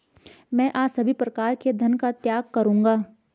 मैं आज सभी प्रकारों के धन का त्याग करूंगा